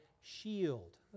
shield